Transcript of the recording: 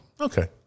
Okay